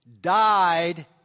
died